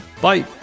Bye